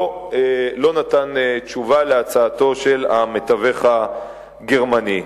לא נתן תשובה על הצעתו של המתווך הגרמני.